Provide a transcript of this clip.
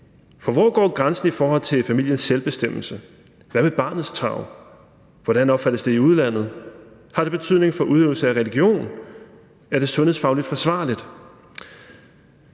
for hvor går grænsen i forhold til familiens selvbestemmelse? Hvad med barnets tarv? Hvordan opfattes det i udlandet? Har det betydning for udøvelse af religion? Er det sundhedsfagligt forsvarligt?